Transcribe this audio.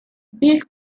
big